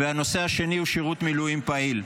והנושא השני הוא שירות מילואים פעיל.